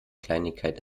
kleinigkeit